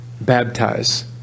baptize